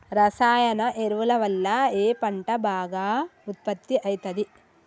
రసాయన ఎరువుల వల్ల ఏ పంట బాగా ఉత్పత్తి అయితది?